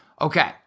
Okay